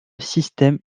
système